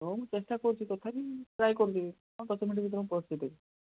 ହଁ ମୁଁ ଚେଷ୍ଟା କରୁଛି ତଥାପି ଟ୍ରାଏ କରିବି ହଁ ଦଶ ମିନିଟ୍ ଭିତରେ ମୁଁ ପହଞ୍ଚାଇଦେବି